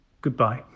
Goodbye